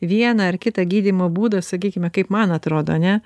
vieną ar kitą gydymo būdą sakykime kaip man atrodo ane